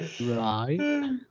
Right